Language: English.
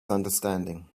understanding